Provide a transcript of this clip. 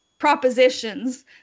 propositions